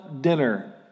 dinner